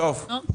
הכול